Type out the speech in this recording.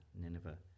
Nineveh